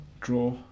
Draw